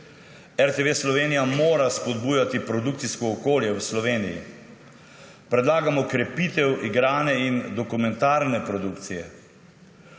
RTV Slovenija mora spodbujati produkcijsko okolje v Sloveniji. Predlagamo krepitev igrane in dokumentarne produkcije.